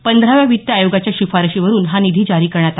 पंधराव्या वित्त आयोगाच्या शिफारशीवरुन हा निधी जारी करण्यात आला आहे